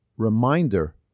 reminder